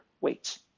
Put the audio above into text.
weights